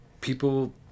people